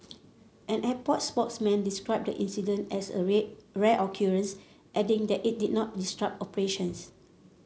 an airport spokesman described the incident as a ray a rare occurrence adding that it did not disrupt operations